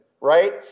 right